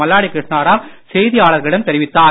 மல்லாடி கிருஷ்ணராவ் செய்தியாளர்களிடம் தெரிவித்தார்